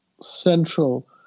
central